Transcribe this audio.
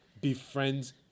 befriends